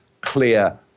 clear